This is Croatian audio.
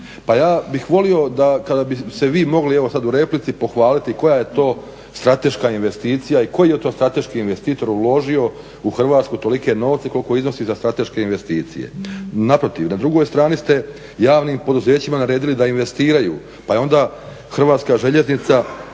Pa ja bih volio da kada bi se vi mogli sada u replici pohvaliti koja je to strateška investicija i koji je to strateški investitor uložio u Hrvatsku tolike novce koliko iznosi za strateške investicije. Naprotiv, na drugoj strani ste javnim poduzećima naredili da investiraju, pa je onda Hrvatska željeznica